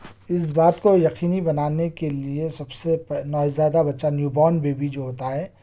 اس بات کو یقینی بنانے کے لئے سب سے پے نوزائیدہ بچہ نیو بورن بیبی جو ہوتا ہے